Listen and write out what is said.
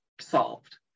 solved